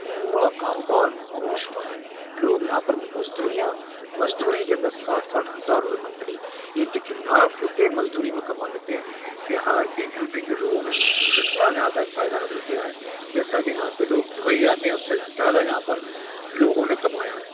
پورا کاروبار عروج پر ہے لوگ یہاں پر مزدوریاں مزدوری کے اندر ساٹھ ساٹھ ہزار روپیے منتھلی ایک ایک لاکھ روپیے مزدوری میں کما لیتے ہیں بہار کے یو پی کے لوگوں نے اتنا یہاں سے فائدہ حاصل کیا ہے جیساکہ یہاں پہ لوگ دبئی جاتے ہیں اس سے زیادہ یہاں پر لوگوں نے کمایا ہے